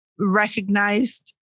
recognized